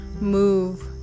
move